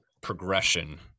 progression